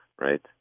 right